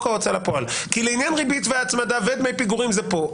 כי לעניין ריבית והצמדה ודמי פיגורים זה פה.